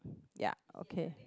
ya okay